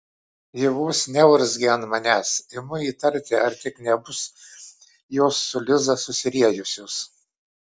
ji vos neurzgia ant manęs imu įtarti ar tik nebus jos su lila susiriejusios